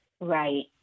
Right